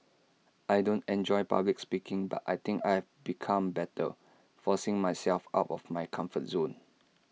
I don't enjoy public speaking but I think I've become better forcing myself out of my comfort zone